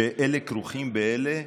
שאלה כרוכים באלה